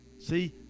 See